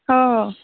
हो हो